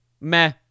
Meh